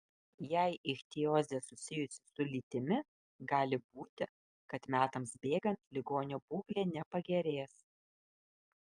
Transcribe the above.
jei ichtiozė susijusi su lytimi gali būti kad metams bėgant ligonio būklė nepagerės